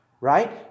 right